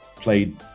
played